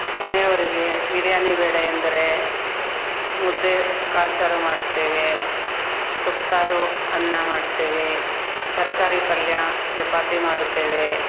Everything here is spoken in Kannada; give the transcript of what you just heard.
ಮನೆಯವ್ರಿಗೆ ಬಿರ್ಯಾನಿ ಬೇಡ ಎಂದರೆ ಮುದ್ದೆ ಕಾಳು ಸಾರು ಮಾಡುತ್ತೇವೆ ಸೊಪ್ಪು ಸಾರು ಅನ್ನ ಮಾಡುತ್ತೇವೆ ತರಕಾರಿ ಪಲ್ಯ ಚಪಾತಿ ಮಾಡುತ್ತೇವೆ